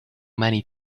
many